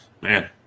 Man